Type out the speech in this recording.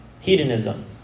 hedonism